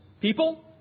people